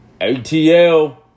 ATL